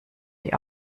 die